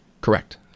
Correct